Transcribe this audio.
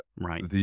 Right